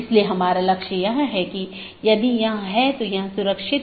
इसलिए हमारे पास BGP EBGP IBGP संचार है